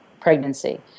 pregnancy